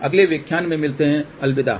अगले व्याख्यान में मिलते हैं अलविदा